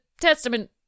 testament